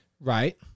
Right